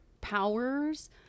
powers